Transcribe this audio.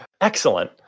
Excellent